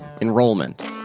Enrollment